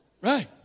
Right